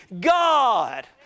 God